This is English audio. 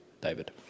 David